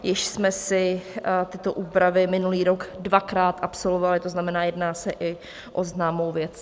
Již jsme si tyto úpravy minulý rok dvakrát absolvovali, to znamená, jedná se i o známou věc.